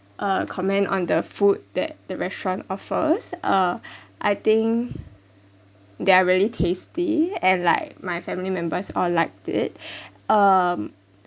uh comment on the food that the restaurant offers uh I think they're really tasty and like my family members all liked it um